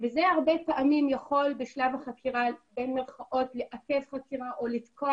וזה הרבה פעמים יכול בשלב החקירה במרכאות לאפס חקירה או לתקוע